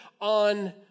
on